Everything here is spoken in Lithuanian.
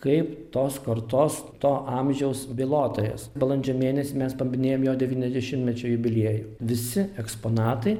kaip tos kartos to amžiaus bylotojas balandžio mėnesį mes paminėjom jo devyniasdešimtmečio jubiliejų visi eksponatai